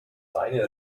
deine